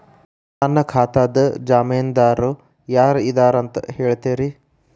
ನನ್ನ ಖಾತಾದ್ದ ಜಾಮೇನದಾರು ಯಾರ ಇದಾರಂತ್ ಹೇಳ್ತೇರಿ?